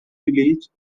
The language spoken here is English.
release